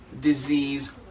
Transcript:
Disease